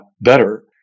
better